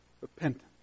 Repentance